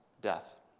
death